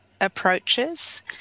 approaches